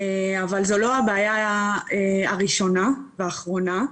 אבל זו לא הבעיה הראשונה והאחרונה.